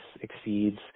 exceeds